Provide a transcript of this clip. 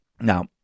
Now